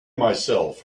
myself